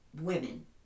women